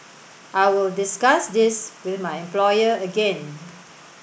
I will discuss this with my employer again